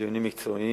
דיונים מקצועיים,